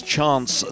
Chance